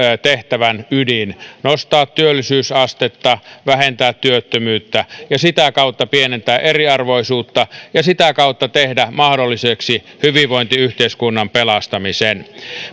tehtävän ydin nostaa työllisyysastetta vähentää työttömyyttä ja sitä kautta pienentää eriarvoisuutta ja sitä kautta tehdä mahdolliseksi hyvinvointiyhteiskunnan pelastamisen